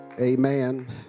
amen